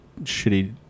shitty